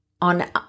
on